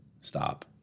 stop